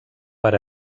per